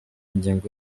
ingengo